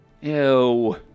Ew